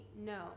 no